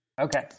Okay